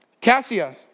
Cassia